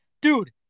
dude